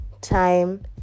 time